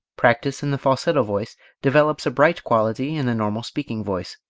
practise in the falsetto voice develops a bright quality in the normal speaking-voice.